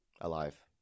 Alive